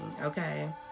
okay